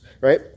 right